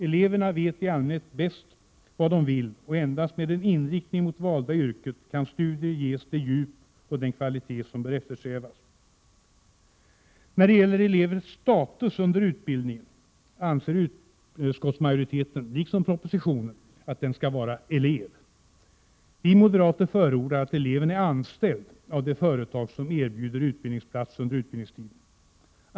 Eleverna vet i allmänhet bäst vad de vill, och endast med en inriktning mot det valda yrket kan studierna ges det djup och den kvalitet som bör eftersträvas. När det gäller elevens status under utbildningen anser utskottsmajoriteten, liksom regeringen i propositionen, att den skall vara elev. Vi moderater förordar att eleven är anställd av det företag som erbjuder utbildningsplats under utbildningstiden.